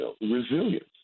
resilience